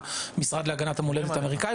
המשרד להגנת המולדת האמריקאית,